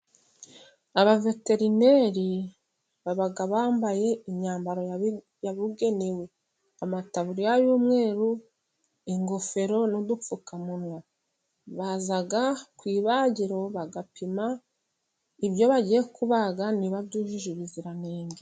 Abaveterineri baba bambaye imyambaro yabugenewe, amataburiya y'umweru, ingofero n'udupfukamunwa, baza ku ibagiro bagapima ibyo bagiye kubaga, niba byujuje ubuziranenge.